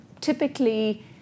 typically